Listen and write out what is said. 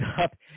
up